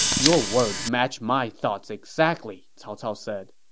your words match my thoughts exactly, cao cao said.